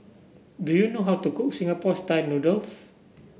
do you know how to cook Singapore style noodles